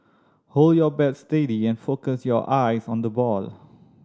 hold your bat steady and focus your eyes on the ball